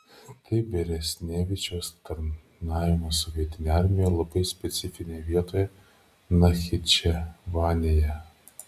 tai beresnevičiaus tarnavimas sovietinėje armijoje labai specifinėje vietoje nachičevanėje